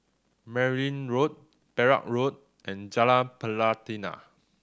Merryn Road Perak Road and Jalan Pelatina